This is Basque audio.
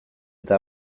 eta